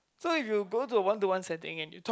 so you go to a one to one setting and you talk